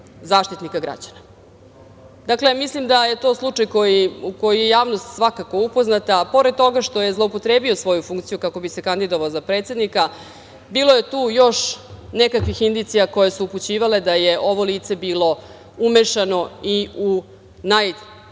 Zaštitnika građana. Dakle, mislim da je to slučaj u koji je javnost svakako upoznata. Pored toga što je zloupotrebio svoju funkciju kako bi se kandidovao za predsednika, bilo je tu još nekakvih indicija koje su upućivale da je ovo lice bilo umešano i u najgora